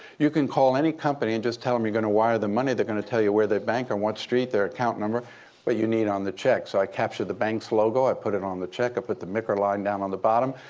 you can call any company and just tell them you're going to wire them money. they're going to tell you where they bank, on what street, their account number what but you need on the check. so i captured the bank's logo, i put it on the check. i put the micr line down on the bottom.